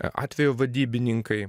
atvejo vadybininkai